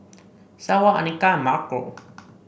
Seward Anika and Marco